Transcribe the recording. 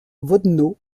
vodno